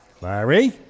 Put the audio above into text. Larry